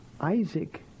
Isaac